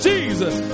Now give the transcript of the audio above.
Jesus